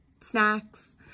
snacks